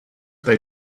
they